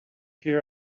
hear